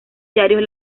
diarios